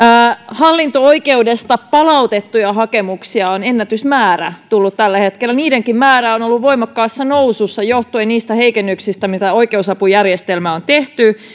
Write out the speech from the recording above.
hallinto oikeudesta palautettuja hakemuksia on ennätysmäärä tullut tällä hetkellä niidenkin määrä on ollut voimakkaassa nousussa johtuen niistä heikennyksistä mitä oikeusapujärjestelmään on tehty